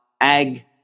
ag